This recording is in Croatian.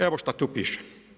Evo šta tu piše.